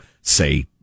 say